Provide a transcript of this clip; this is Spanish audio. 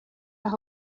las